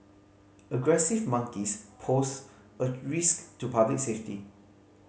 aggressive monkeys pose a risk to public safety